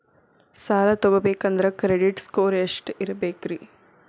ಸಾಲ ತಗೋಬೇಕಂದ್ರ credit score ಎಷ್ಟ ಇರಬೇಕ್ರಿ?